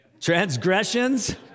Transgressions